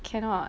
cannot